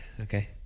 okay